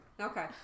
Okay